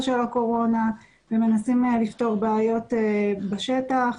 של הקורונה ומנסים לפתור בעיות בשטח.